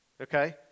okay